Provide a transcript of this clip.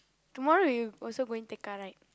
tomorrow you also going take car right